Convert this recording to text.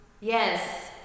Yes